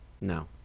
No